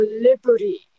liberty